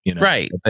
Right